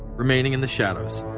remaining in the shadows.